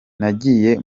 nagiye